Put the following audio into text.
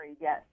yes